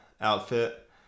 outfit